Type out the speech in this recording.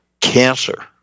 cancer